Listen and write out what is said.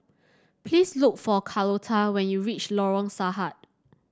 please look for Carlota when you reach Lorong Sarhad